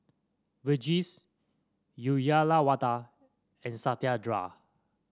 Verghese Uyyalawada and Satyendra